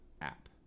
app